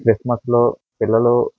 క్రిస్మస్లో పిల్లలు